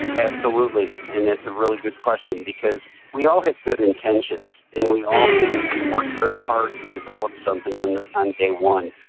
absolutely, and it's a really good question because we all have good intentions and we all can work very hard to develop something on day one,